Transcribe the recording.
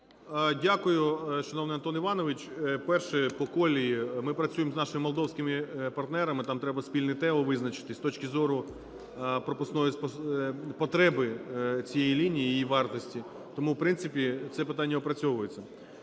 Дякую, шановний Антон Іванович. Перше, по колії, ми працюємо з нашими молдовськими партнерами, там треба спільне ТУ визначити, з точки зору пропускної потреби цієї лінії і її вартості. Тому в принципі це питання опрацьовується.